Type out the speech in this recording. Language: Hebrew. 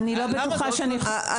אני לא בטוחה שאני יכולה --- למה?